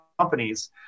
companies